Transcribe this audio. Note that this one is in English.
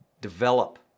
develop